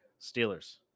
Steelers